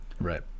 Right